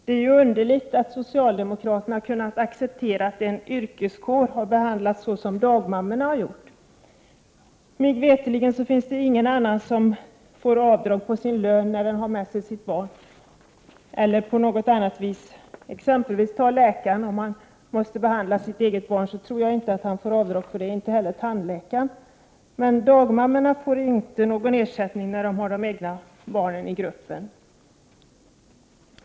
Det är underligt att socialdemokraterna har kunnat acceptera att en yrkeskår har behandlats som dagmammorna. Mig veterligt finns det inga andra som får avdrag på sin lön när barnet följer med. Ta exemplet med läkaren som behandlar sitt eget barn. Jag tror inte att han får något avdrag, inte heller tandläkaren. Men dagmammorna får alltså inte någon ersättning när de har de egna barnen i gruppen.